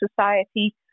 society